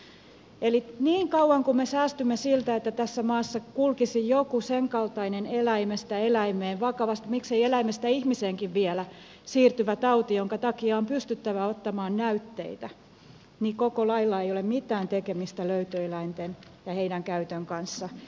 eli niin kauan kuin me säästymme siltä että tässä maassa kulkisi joku senkaltainen eläimestä eläimeen miksei eläimestä ihmiseenkin vielä siirtyvä tauti jonka takia on pystyttävä ottamaan näytteitä niin koko lailla ei ole mitään tekemistä löytöeläinten ja niiden käytön kanssa